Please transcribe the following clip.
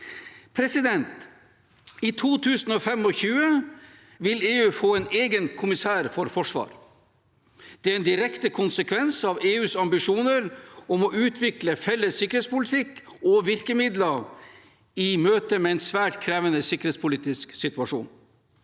med EU. I 2025 vil EU få en egen kommissær for forsvar. Det er en direkte konsekvens av EUs ambisjoner om å utvikle felles sikkerhetspolitikk og virkemidler i møte med en svært krevende sikkerhetspolitisk situasjon.